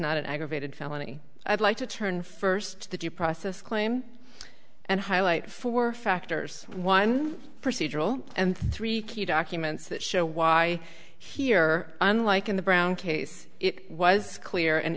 not an aggravated felony i'd like to turn first the due process claim and highlight four factors one procedural and three key documents that show why here unlike in the brown case it was clear and